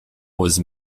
was